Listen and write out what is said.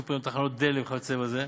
סופרים, תחנות דלק וכיוצא בזה,